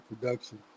production